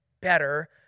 better